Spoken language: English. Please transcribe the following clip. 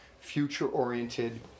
future-oriented